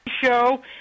...show